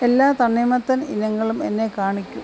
എല്ലാ തണ്ണിമത്തൻ ഇനങ്ങളും എന്നെ കാണിക്കൂ